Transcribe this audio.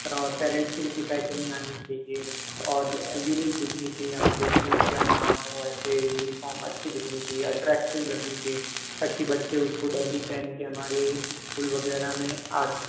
और पेरेंट्स की भी शिकायत नहीं आनी चाहिए और यूनिक दिखनी चाहिए हमारी स्कूल का नाम हो ऐसे यूनिफाॅर्म अच्छी दिखनी चाहिए और अट्रैक्टिव लगनी चाहिए ताकि बच्चे उसको डेली पहन के हमारे स्कूल वगैरह में आ सके